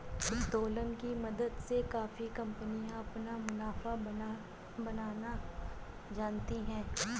उत्तोलन की मदद से काफी कंपनियां अपना मुनाफा बढ़ाना जानती हैं